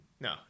No